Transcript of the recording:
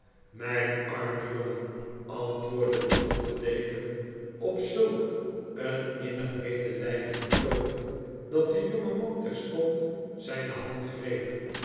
myn arme jongen antwoordde de onderdeken op zulk een innig medelydenden toon dat de jonge man terstond zyne hand greep